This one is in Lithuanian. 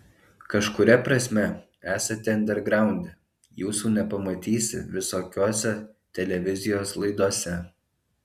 kažkuria prasme esate andergraunde jūsų nepamatysi visokiose televizijos laidose